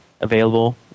available